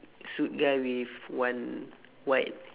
suit guy with one white